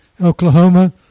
Oklahoma